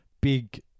big